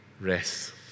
rest